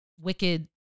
wicked